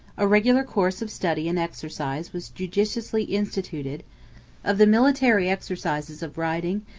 a regular course of study and exercise was judiciously instituted of the military exercises of riding,